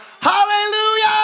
hallelujah